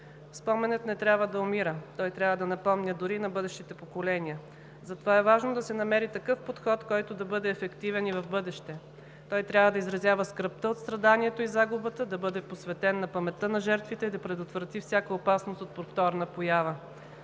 „Споменът не трябва да умира. Той трябва да напомня дори на бъдещите поколения. Затова е важно да се намери такъв подход, който да бъде ефективен и в бъдеще. Той трябва да изразява скръбта от страданието и загубата, да бъде посветен на паметта на жертвите и да предотврати всяка опасност от повторна поява.“